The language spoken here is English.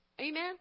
Amen